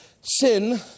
Sin